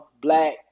black